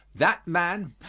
that man,